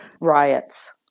riots